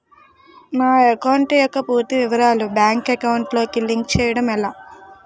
నా అకౌంట్ యెక్క పూర్తి వివరాలు బ్యాంక్ అకౌంట్ కి లింక్ చేయడం ఎలా?